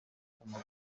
guma